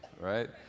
right